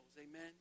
Amen